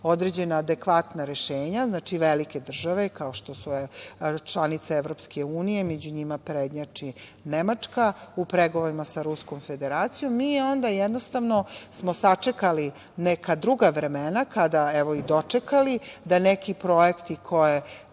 određena adekvatna rešenja. Znači, velike države, kao što su članice EU i među njima prednjači Nemačka u pregovorima sa Ruskom Federacijom, mi onda jednostavno smo sačekali neka druga vremena kada, evo i dočekali, da neki projekti koje